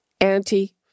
auntie